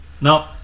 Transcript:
No